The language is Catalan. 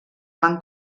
van